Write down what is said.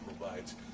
provides